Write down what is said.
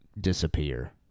disappear